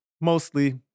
mostly